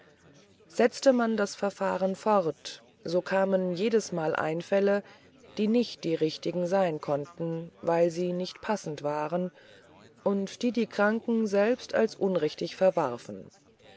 setzte man das verfahren fort so kamen jedesmal einfälle die nicht die richtigen sein konnten weil sie nicht passend waren und die die kranken selbst als unrichtig verwarfen